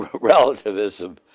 relativism